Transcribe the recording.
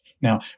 Now